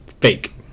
fake